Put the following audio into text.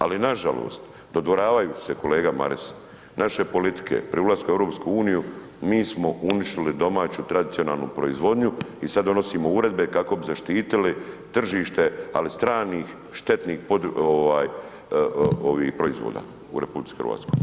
Ali nažalost, dodvoravaju se kolega Maras, naše politike pri ulasku u EU mi smo uništili domaću tradicionalnu proizvodnju i sada donosimo uredbe kako bi zaštitili tržište, ali stranih štetnih proizvoda u RH.